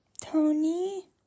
Tony